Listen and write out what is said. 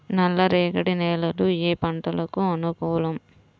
నల్లరేగడి నేలలు ఏ పంటలకు అనుకూలం?